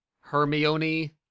Hermione